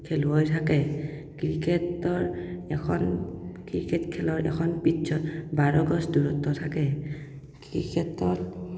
খেলুৱৈ থাকে ক্ৰিকেটৰ এখন ক্ৰিকেট খেলৰ এখন পিটছত বৰগজ দূৰত্ব থাকে ক্ৰিকেটত